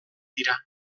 dira